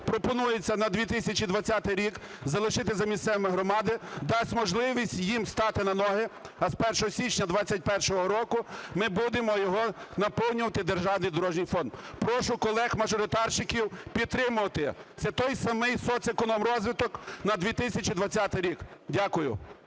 Пропонується на 2020 рік залишити за місцевими громадами, дати можливість їм стати на ноги, а з 1 січня 2021 року ми будемо його наповнювати в Державний дорожній фонд. Прошу колег-мажоритарщиків підтримати. Це той самий соцекономрозвиток на 2020 рік. Дякую.